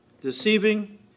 deceiving